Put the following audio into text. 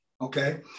okay